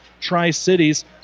Tri-Cities